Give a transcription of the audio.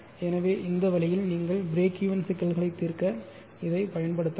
எனவே இந்த வழியில் நீங்கள் பிரேக்வென் சிக்கல்களை தீர்க்க இதைப் பயன்படுத்தலாம்